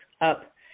up